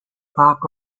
bach